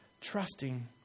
trusting